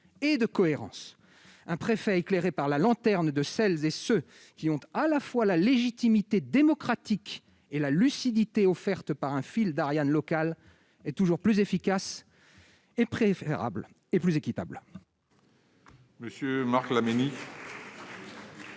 et de cohérence. Un préfet éclairé par la lanterne de celles et ceux qui ont, à la fois, la légitimité démocratique et la lucidité offerte par un fil d'Ariane local est toujours plus efficace, préférable et plus équitable.